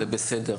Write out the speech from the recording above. זה בסדר,